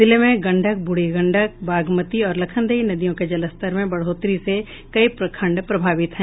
जिले में गंडक ब्रुढ़ी गंडक बागमती और लखनदेई नदियों के जलस्तर में बढ़ोतरी से कई प्रखंड बाढ़ प्रभावित हैं